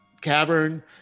cavern